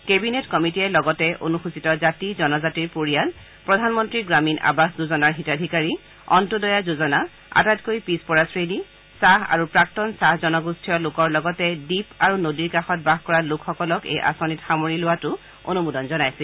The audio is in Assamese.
কেবিনেট কমিটিয়ে লগতে অনুসূচিত জাতি জনজাতিৰ পৰিয়াল প্ৰধানমন্ত্ৰী গ্ৰামীণ আৱাস যোজনাৰ হিতাধিকাৰী অন্তোদয়া যোজনা আটাইতকৈ পিছপৰা শ্ৰেণী চাহ আৰু প্ৰাক্তন চাহ জনগোষ্ঠীয় লোকৰ লগতে দ্বীপ আৰু নদীৰ কাষত বাস কৰা লোকসকলক এই আঁচনিত সামৰি লোৱাতো অনুমোদন জনাইছিল